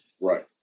Right